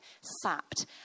sapped